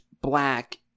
black